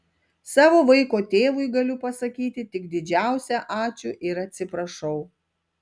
savo vaiko tėvui galiu pasakyti tik didžiausią ačiū ir atsiprašau